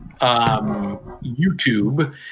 youtube